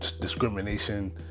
discrimination